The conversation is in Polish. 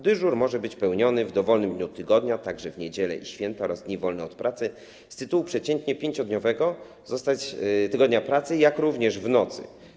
Dyżur może być pełniony w dowolnym dniu tygodnia, także w niedzielę i święta, oraz w dni wolne od pracy, z tytułu przeciętnie 5-dniowego tygodnia pracy, jak również w nocy.